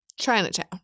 Chinatown